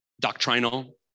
doctrinal